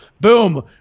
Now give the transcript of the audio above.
boom